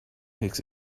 his